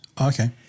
Okay